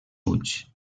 ulls